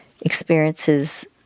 experiences